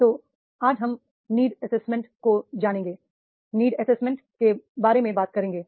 तो आज हम नीड एसेसमेंट को जानेंगे नीड एसेसमेंट के बारे में बात करेंगे